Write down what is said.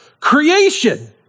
creation